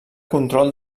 control